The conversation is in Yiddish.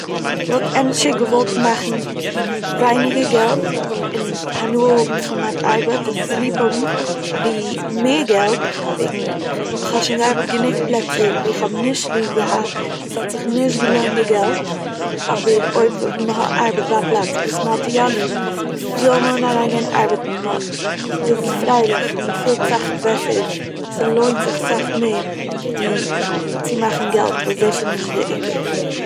כ'וואלט ענדערשער געוואלט מאכן ווייניגער געלט און הנאה האבן פון מיין ארבעט און דאס ליב האבן, ווי מער געלט וועגן כ'האב שוין געארבעט אין גענוג פלעצער וואו איך האב נישט ליב געהאט און ס'האט זיך נישט געלוינט די געלט, אבער אויב מ'האט- מ'ארבעט ביי א פלאץ וואס מ'האט יא ליב וויל מען אריינגיין ארבעטן מ- איז פריילעך, מ'פילט זיך בעסער, ס'לוינט זיך אסאך מער ווי צו מאכן געלט וואס דאס איז נישט דער עיקר